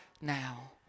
now